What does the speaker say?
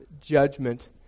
judgment